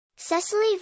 Cecily